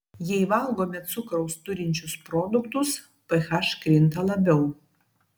jei valgome cukraus turinčius produktus ph krinta labiau